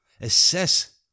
Assess